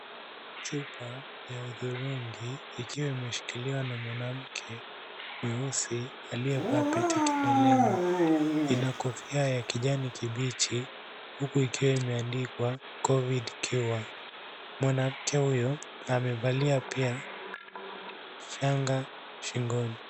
Chupa ya hudhurungi ikiwa imeshikiliwa na mwanamke mweusi aliyevaa pete mkononi. Ina kofia ya kijani kibichi huku ikiwa imeandikwa Covid cure . Mwanamke huyu amevalia pia shanga shingoni.